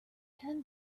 and